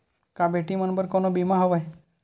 का बेटी मन बर कोनो बीमा हवय?